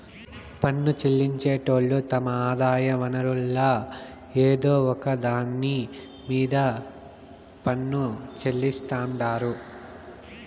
పన్ను చెల్లించేటోళ్లు తమ ఆదాయ వనరుల్ల ఏదో ఒక దాన్ని మీద పన్ను చెల్లిస్తాండారు